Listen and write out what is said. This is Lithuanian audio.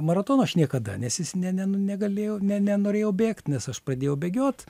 maratono aš niekada nes jis ne ne negalėjau ne nenorėjau bėgt nes aš pradėjau bėgiot